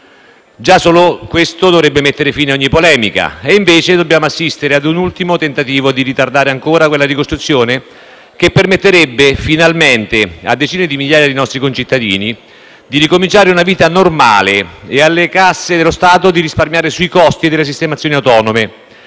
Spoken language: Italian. Già solo questo dovrebbe mettere fine a ogni polemica. Invece, dobbiamo assistere a un ultimo tentativo di ritardare ancora quella ricostruzione che permetterebbe, finalmente, a decine di migliaia di nostri concittadini di ricominciare una vita normale e alle casse dello Stato di risparmiare sui costi delle sistemazioni autonome,